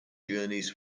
journeys